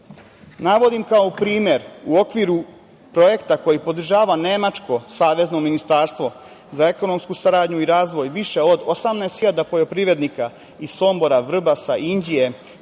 kao primer, u okviru projekta koji podržava nemačko savezno ministarstvo za ekonomsku saradnju i razvoj, više od 18 hiljada poljoprivrednika iz Sombora, Vrbasa, Inđije,